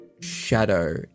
shadow